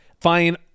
Fine